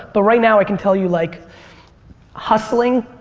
but right now i can tell you like hustling,